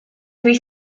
three